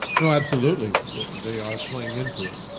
you know absolutely they are playing into it.